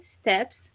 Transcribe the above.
steps